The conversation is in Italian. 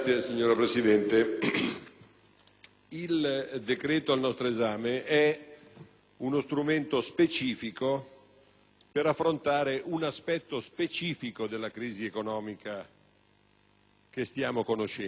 il decreto al nostro esame è uno strumento per affrontare un aspetto specifico della crisi economica che stiamo conoscendo; questo